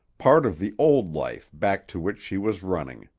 part of the old life back to which she was running.